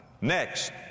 Next